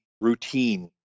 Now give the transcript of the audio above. routine